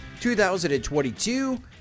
2022